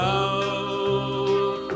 out